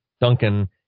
Duncan